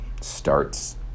starts